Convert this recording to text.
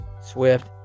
swift